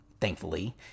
thankfully